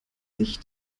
sich